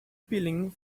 peeling